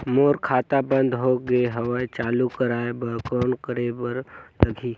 मोर खाता बंद हो गे हवय चालू कराय बर कौन करे बर लगही?